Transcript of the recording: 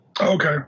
Okay